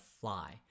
fly